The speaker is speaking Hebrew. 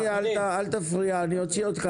אדוני, אל תפריע, אני אוציא אותך.